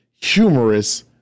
humorous